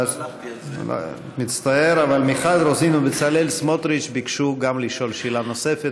אבל מיכל רוזין ובצלאל סמוטריץ ביקשו גם לשאול שאלה נוספת,